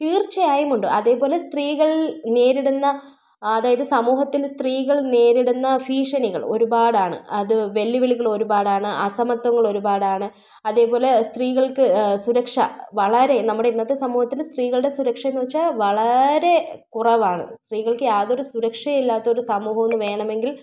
തീർച്ചയായും ഉണ്ട് അതേപോലെ സ്ത്രീകൾ നേരിടുന്ന അതായത് സമൂഹത്തിൽ സ്ത്രീകൾ നേരിടുന്ന ഭീഷണികൾ ഒരുപാടാണ് അത് വെല്ലുവിളികൾ ഒരുപാടാണ് അസമത്വങ്ങൾ ഒരുപാടാണ് അതേപോലെ സ്ത്രീകൾക്ക് സുരക്ഷ വളരെ നമ്മുടെ ഇന്നത്തെ സമൂഹത്തിൽ സ്ത്രീകളുടെ സുരക്ഷ എന്ന് വെച്ചാൽ വളരെ കുറവാണ് സ്ത്രീകൾക്ക് യാതൊരു സുരക്ഷ ഇല്ലാത്ത ഒരു സമൂഹമെന്ന് വേണമെങ്കിൽ